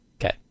Okay